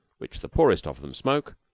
which the poorest of them smoke,